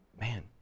Man